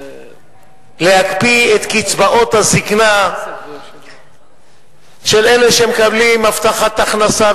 להקפיא את קצבאות הזיקנה של אלה שמקבלים הבטחת הכנסה,